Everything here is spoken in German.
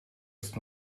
ist